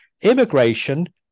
immigration